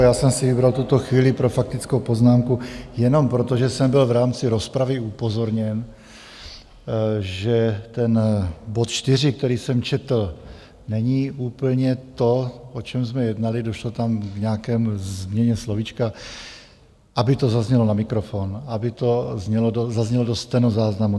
Já jsem si vybral tuto chvíli pro faktickou poznámku jenom proto, že jsem byl v rámci rozpravy upozorněn, že bod čtyři, který jsem četl, není úplně to, o čem jsme jednali, došlo tam k nějaké změně slovíčka, aby to zaznělo na mikrofon, aby to zaznělo do stenozáznamu.